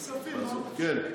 בבקשה, אדון גינזבורג.